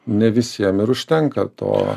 ne visiem ir užtenka to